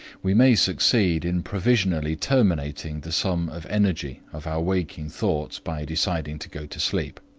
we may succeed in provisionally terminating the sum of energy of our waking thoughts by deciding to go to sleep.